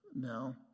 now